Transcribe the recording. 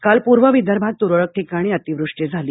काल पूर्व विदर्भात तुरळक ठिकाणी अतिवृष्टी झाली